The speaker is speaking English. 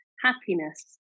happiness